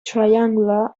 triangular